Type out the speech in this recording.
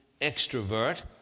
extrovert